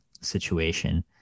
situation